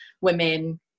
women